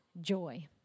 joy